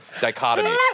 dichotomy